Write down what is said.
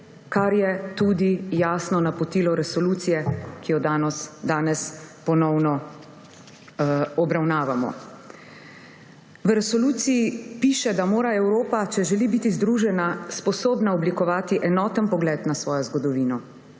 kar je tudi jasno napotilo resolucije, ki jo danes ponovno obravnavamo. V resoluciji piše, da mora biti Evropa, če želi biti združena, sposobna oblikovati enoten pogled na svojo zgodovino,